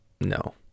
no